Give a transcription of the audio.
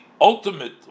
ultimate